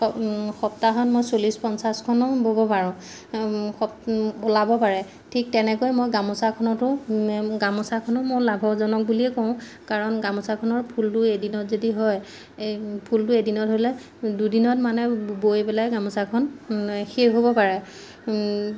সপ্তাহত মই চল্লিছ পঞ্চাছখনো ব'ব পাৰোঁ ওলাব পাৰে ঠিক তেনেকৈ মই গামোচাখনতো গামোচাখনো মই লাভজনক বুলিয়েই কওঁ কাৰণ গামোচাখনৰ ফুলটো এদিনত যদি হয় এই ফুলটো এদিনত হ'লে দুদিনত মানে বৈ পেলাই গামোচাখন শেষ হ'ব পাৰে